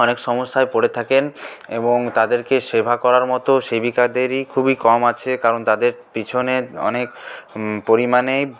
অনেক সমস্যায় পড়ে থাকেন এবং তাদেরকে সেবা করার মতো সেবিকাদেরই খুবই কম আছে কারণ তাদের পিছনে অনেক পরিমাণেই